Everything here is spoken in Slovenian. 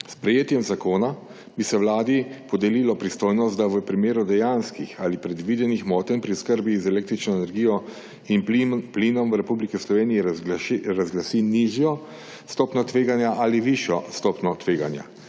S sprejetjem zakona bi se vladi podelilo pristojnost, da v primeru dejanskih ali predvidenih motenj pri oskrbi z električno energijo in plinom v Republiki Sloveniji razglasi nižjo stopnjo tveganja ali višjo stopnjo tveganja.